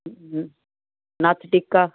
ਨੱਥ ਟਿੱਕਾ